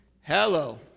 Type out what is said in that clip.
Hello